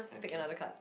pick another card